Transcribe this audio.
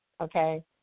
okay